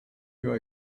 your